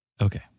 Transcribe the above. Okay